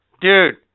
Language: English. Dude